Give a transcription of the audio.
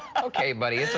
okay, buddy,